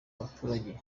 baturage